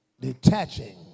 Detaching